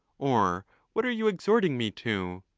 or what are you exhorting me to?